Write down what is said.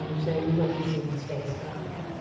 um so you won't be seeing his face around here.